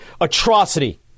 atrocity